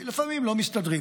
כי לפעמים לא מסתדרים,